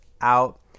out